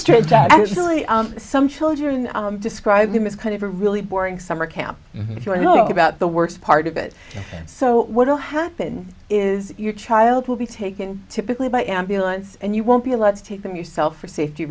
strange that actually some children describe them as kind of a really boring summer camp if you know about the worst part of it so what will happen is your child will be taken typically by ambulance and you won't be allowed to take them yourself for safety